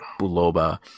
Buloba